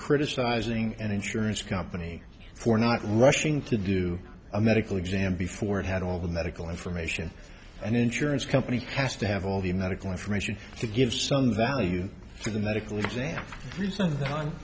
criticizing an insurance company for not rushing to do a medical exam before it had all the medical information and insurance company has to have all the medical information to give some value to the medical exam